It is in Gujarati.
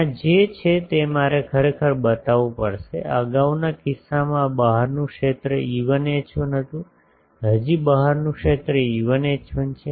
ત્યાં જે છે તે મારે ખરેખર બતાવવું પડશે અગાઉના કિસ્સામાં આ બહારનું ક્ષેત્ર E1 H1 હતું હજી બહારનું ક્ષેત્ર E1 H1 છે